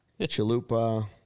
Chalupa